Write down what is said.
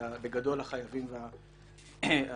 שבגדול זה החייבים והזכאים.